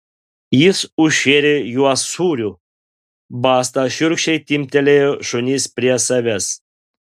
jis užšėrė juos sūriu basta šiurkščiai timptelėjo šunis prie savęs